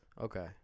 Okay